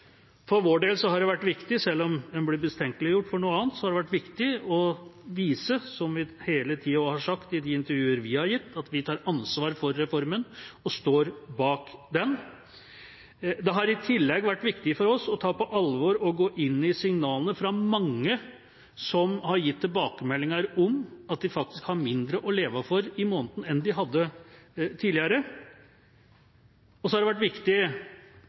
For vår del har det vært viktig, selv om en blir mistenkeliggjort for noe annet, å vise, som vi hele tida også har sagt i de intervjuer vi har gitt, at vi tar ansvar for reformen og står bak den. Det har i tillegg vært viktig for oss å ta på alvor de signalene vi har fått fra mange som har gitt tilbakemeldinger om at de faktisk har mindre å leve for i måneden enn de hadde tidligere. Og så har det vært viktig